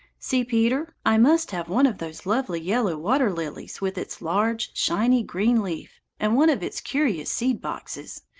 see, peter, i must have one of those lovely yellow water-lilies, with its large, shiny green leaf, and one of its curious seed-boxes,